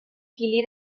kili